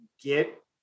get